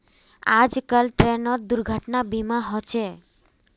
आजकल ट्रेनतो दुर्घटना बीमा होचे